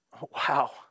wow